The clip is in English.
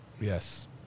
Yes